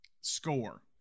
score